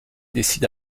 décide